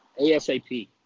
ASAP